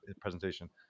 presentation